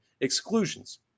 Exclusions